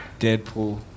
Deadpool